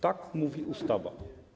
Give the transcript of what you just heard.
Tak mówi ustawa.